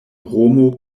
romo